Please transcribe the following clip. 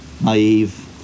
naive